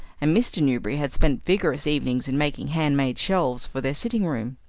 and mr. newberry had spent vigorous evenings in making hand-made shelves for their sitting-room.